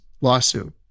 lawsuit